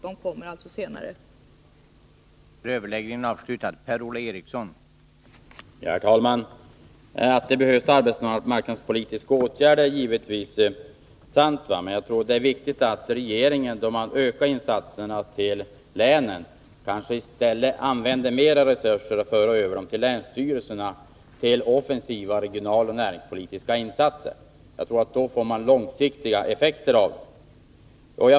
De kommer alltså att läggas fram senare.